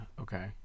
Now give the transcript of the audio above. Okay